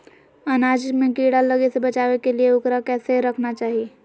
अनाज में कीड़ा लगे से बचावे के लिए, उकरा कैसे रखना चाही?